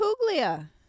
Puglia